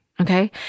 okay